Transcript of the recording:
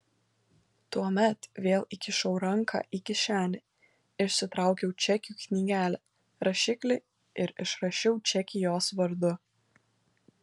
tuomet vėl įkišau ranką į kišenę išsitraukiau čekių knygelę rašiklį ir išrašiau čekį jos vardu